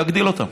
להגדיל אותה,